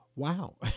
Wow